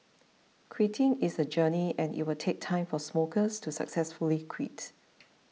quitting is a journey and it will take time for smokers to successfully quit